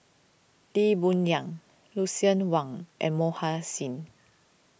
Lee Boon Yang Lucien Wang and Mohan Singh